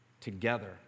together